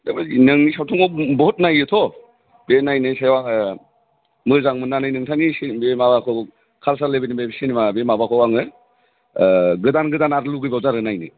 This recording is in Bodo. नोंनि सावथुनखौ बहुद नायोथ' बे नायनायनि सायाव आङो मोजां मोननानै नोंथांनि बे माबाखौ कालचार लेभेलनि सिनेमा बे माबाखौ आङो गोदान गोदान आरो लुबैबावदों आरो नायनो